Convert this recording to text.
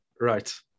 Right